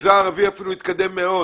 ובמגזר הערבי זה אפילו התקדם מאוד,